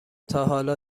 تاحالا